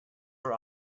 are